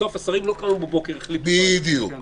בסוף השרים לא קמו בבוקר החליטו --- בדיוק.